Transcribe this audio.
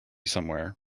somewhere